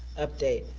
update,